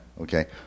Okay